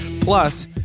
Plus